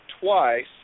twice